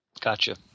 Gotcha